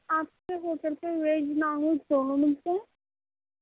آپ کے ہوٹل پہ ویج نان ویج دونوں ملتے ہیں